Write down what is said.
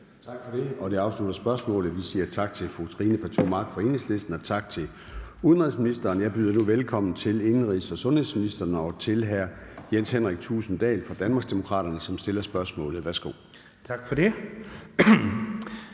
Tak for det. Det afslutter spørgsmålet, og vi siger tak til fru Trine Pertou Mach fra Enhedslisten og tak til udenrigsministeren. Jeg byder nu velkommen til indenrigs- og sundhedsministeren og til hr. Jens Henrik Thulesen Dahl fra Danmarksdemokraterne, som stiller spørgsmålet. Kl. 13:25 Spm.